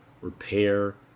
repair